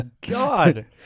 god